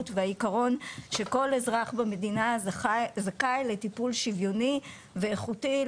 והעיקרון שכל אזרח במדינה זכאי לטיפול שוויוני ואיכותי,